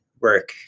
work